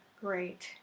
great